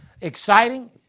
exciting